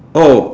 oh